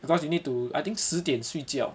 because you need to I think 十点睡觉